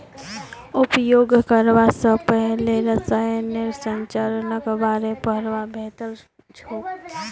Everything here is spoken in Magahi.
उपयोग करवा स पहले रसायनेर संरचनार बारे पढ़ना बेहतर छोक